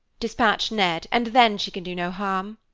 dispatch ned, and then she can do no harm,